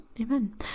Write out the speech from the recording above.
Amen